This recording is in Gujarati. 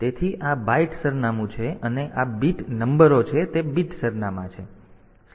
તેથી આ બાઈટ સરનામું છે અને આ બીટ નંબરો છે તે બીટ સરનામાં છે